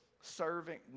serving